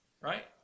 right